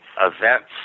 events